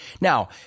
Now